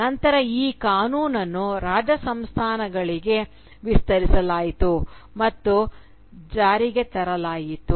ನಂತರ ಈ ಕಾನೂನನ್ನು ರಾಜ ಸಂಸ್ಥಾನಗಳಿಗೆ ವಿಸ್ತರಿಸಲಾಯಿತು ಮತ್ತು ಜಾರಿಗೆ ತರಲಾಯಿತು